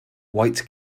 white